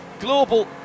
global